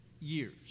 years